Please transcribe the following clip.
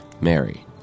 Mary